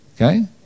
Okay